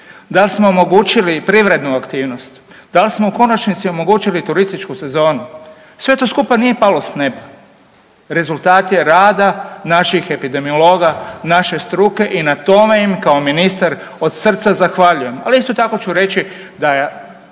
Da li smo omogućili privrednu aktivnost? Da li smo, u konačnici, omogućili turističku sezonu? Sve to skupa nije palo s neba. Rezultati rada naših epidemiologa, naše struke i na tome im kao ministar od srca zahvaljujem. Ali, isto tako ću reći da je